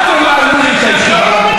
אל תנהלו לי את הישיבה.